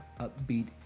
upbeat